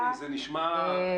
מיכל, איזון אקטוארי זה נשמע נעים.